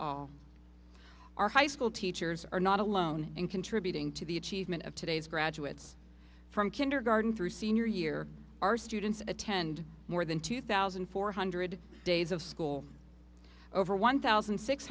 all our high school teachers are not alone in contributing to the achievement of today's graduates from kindergarten through senior year our students attend more than two thousand four hundred days of school over one thousand six